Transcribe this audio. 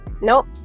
nope